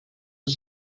ist